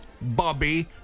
Bobby